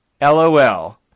LOL